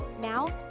Now